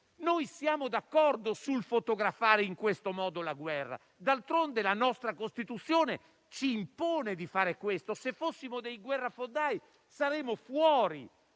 Noi siamo d'accordo sul fotografare in questo modo la guerra, d'altronde la nostra Costituzione ci impone di fare questo; se fossimo dei guerrafondai saremmo fuori